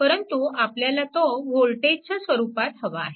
परंतु आपल्याला तो वोल्टेजच्या स्वरूपात हवा आहे